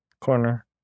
corner